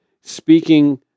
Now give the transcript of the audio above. speaking